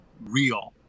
real